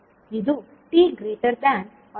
ಇದು t≥0 ನಲ್ಲಿ ಆಗಿರುತ್ತದೆ